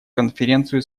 конференцию